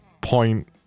point